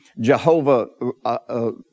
Jehovah